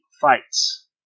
fights